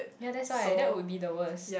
ya that's right that would be the worst